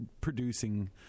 producing